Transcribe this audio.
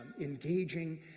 engaging